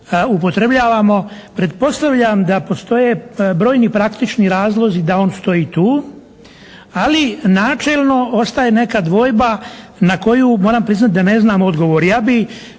upotrebljavamo. Pretpostavljam da postoje brojni praktični razlozi da on stoji tu, ali načelno ostaje neka dvojba na koju moram priznati da ne znam odgovor. Ja bi